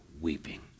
weeping